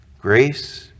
grace